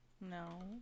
No